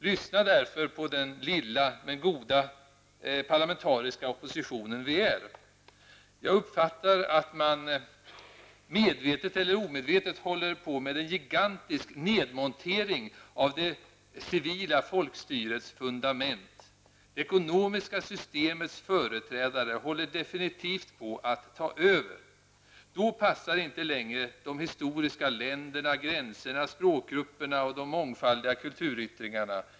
Lyssna därför på den lilla men goda parlamentariska opposition vi utgör. Jag uppfattar att man medvetet eller omedvetet håller på med en gigantisk nedmontering av det civila folkstyrets fundament. Det ekonomiska systemets företrädare håller definitivt på att ta över. Då passar inte längre de historiska länderna, gränserna, språkgrupperna och de mångfaldiga kulturyttringarna.